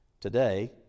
today